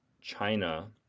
China